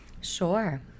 sure